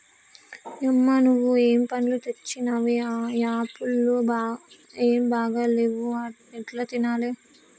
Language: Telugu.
యమ్మ నువ్వు ఏం పండ్లు తెచ్చినవే ఆ యాపుళ్లు ఏం బాగా లేవు ఎట్లా తినాలే